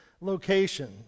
location